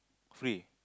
free